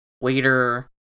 waiter